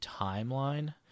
timeline